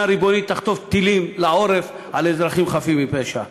ריבונית תחטוף טילים לעורף על אזרחים חפים מפשע.